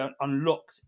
unlocked